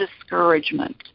discouragement